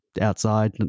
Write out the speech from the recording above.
outside